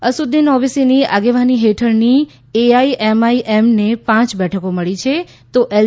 અસદુદીન ઓવૈસીને આગેવાની હેઠળની રાજાભ ને પાંચ બેઠકો મળી છે તો એલ